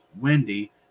Wendy